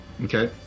Okay